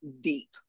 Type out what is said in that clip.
deep